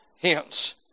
hence